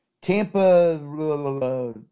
Tampa